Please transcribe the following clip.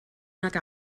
nag